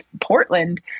Portland